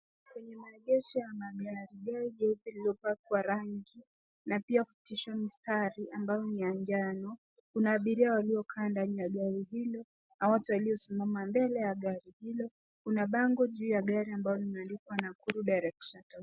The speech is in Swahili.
Kwenye maegesho ya magari gari jeupe iliyopakwa rangi na pia kupitishwa mistari ambayo ni ya njano, kuna abiria waliokaa ndani ya gari hilo na watu waliosimama mbele ya gari hilo. Kuna bango juu ya gari ambalo limeandikwa Nakuru Direct Shuttle .